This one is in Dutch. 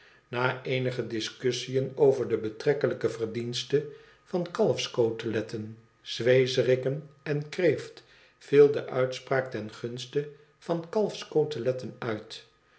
na eenige discussién over de betrekkelijke verdiensten van kalfecoteletten zwezeriken en kreeft viel de uitspraak ten gunste van kalfscoteletten uit